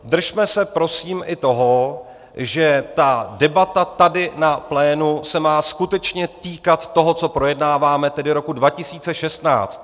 Držme se prosím i toho, že debata tady na plénu se má skutečně týkat toho, co projednáváme, tedy roku 2016.